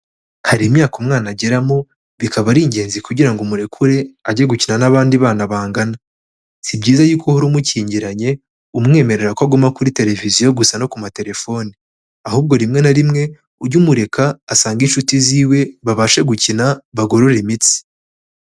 Hari imyaka umwana ageramo bikaba ari ingenzi kugira ngo umurekure ajye gukina n'abandi bana bangana. Si byiza yuko uhora umukingiranye umwemerera ko aguma kuri tereviziyo gusa no ku materefone. Ahubwo rimwe na rimwe ujye umureka asange inshuti ziwe babashe gukina bagorore imitsi.